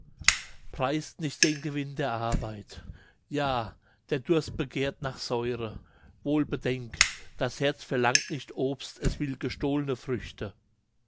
preist nicht den gewinn der arbeit ja der durst begehrt nach säure wohl bedenk das herz verlangt nicht obst es will gestohlene früchte